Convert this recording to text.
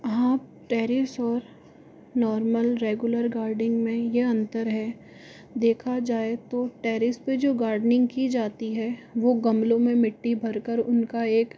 हाँ टेरिस और normal regular gardening में यह अंतर है देखा जाए तो टेरिस पर जो गार्डनिंग की जाती है वह गमलों में मिट्टी भर कर उनका एक